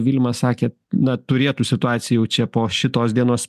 vilma sakė na turėtų situacija jau čia po šitos dienos